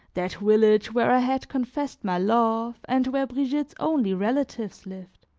that village where i had confessed my love and where brigitte's only relatives lived.